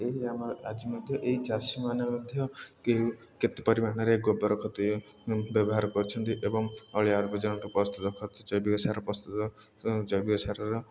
ଏହି ଆମର ଆଜି ମଧ୍ୟ ଏହି ଚାଷୀମାନେ ମଧ୍ୟ କେତେ ପରିମାଣରେ ଗୋବର କତି ବ୍ୟବହାର କରୁଛନ୍ତି ଏବଂ ଅଳିଆ ଆବର୍ଜନାଠୁ ପ୍ରସ୍ତୁତ ଜୈବିକ ସାର ପ୍ରସ୍ତୁତ ଜୈବିକ ସାରର